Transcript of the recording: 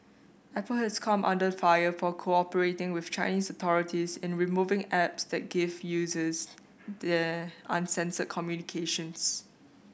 Apple has come under fire for cooperating with Chinese authorities in removing apps that gave users there uncensored communications